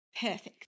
Perfect